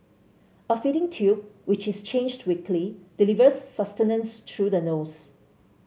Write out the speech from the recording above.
a feeding tube which is changed weekly delivers sustenance through the nose